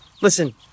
Listen